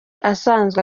asanzwe